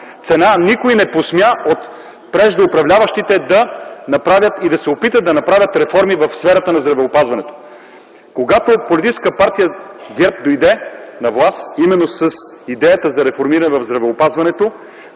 нея никой не поспя от преждеуправляващите да направят, да се опитат да направят реформи в сферата на здравеопазването. Когато политическа партия ГЕРБ дойде на власт, именно с идеята за реформиране на здравеопазването,